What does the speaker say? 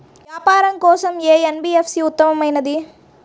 వ్యాపారం కోసం ఏ ఎన్.బీ.ఎఫ్.సి ఉత్తమమైనది?